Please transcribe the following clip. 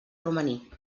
romaní